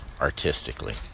artistically